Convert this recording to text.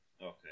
okay